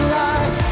life